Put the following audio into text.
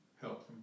help